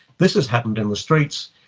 this has happened in the streets,